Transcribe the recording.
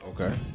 okay